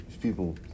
people